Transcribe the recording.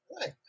Right